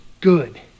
good